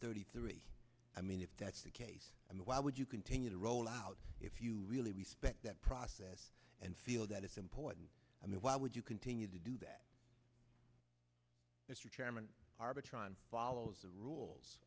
thirty three i mean if that's the case i mean why would you continue to roll out if you really respect that process and feel that it's important i mean why would you continue to do that mr chairman arbitron follows the rules